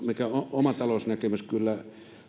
oma talousnäkemys kyllä